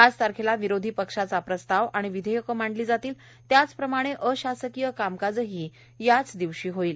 पाच तारखेला विरोधी पक्षाचा प्रस्ताव आणि विधेयकं मांडली जातील त्याचप्रमाणे अशासकीय कामकाजही याचदिवशी होईल